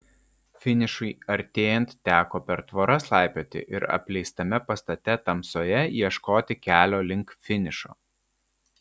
finišui artėjant teko per tvoras laipioti ir apleistame pastate tamsoje ieškoti kelio link finišo